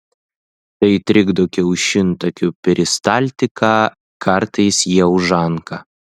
tai trikdo kiaušintakių peristaltiką kartais jie užanka